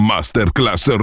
Masterclass